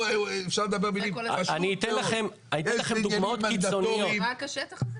רק השטח הזה?